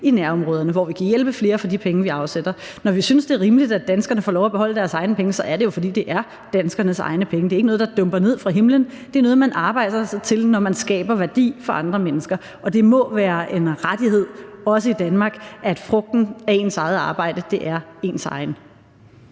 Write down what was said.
i nærområderne, hvor vi kan hjælpe flere for de penge, vi afsætter. Når vi synes, det er rimeligt, at danskerne får lov at beholde deres egne penge, er det jo, fordi det er danskernes egne penge – det er ikke noget, der dumper ned fra himlen; det er noget, man arbejder sig til, når man skaber værdi for andre mennesker. Og det må være en rettighed, også i Danmark, at frugten af ens eget arbejde er ens egen.